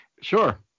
Sure